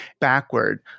backward